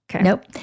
Nope